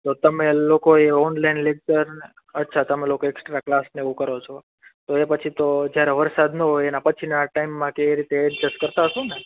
તો તમે લોકોએ ઓનલાઈન લેક્ચર અચ્છા તમે લોકો એકસ્ટ્રા ક્લાસને એવું કરો છો તો એ પછી તો જ્યારે વરસાદ ન હોય એના પછીના ટાઈમમાં કે એ રીતે એડજસ્ટ કરતા હસો ને